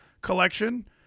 collection